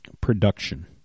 production